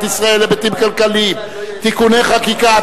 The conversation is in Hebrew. ישראל (היבטים כלכליים) (תיקוני חקיקה),